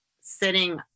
sitting